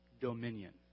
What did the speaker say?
dominion